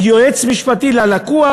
יועץ משפטי ללקוח,